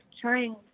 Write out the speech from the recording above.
trying